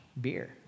beer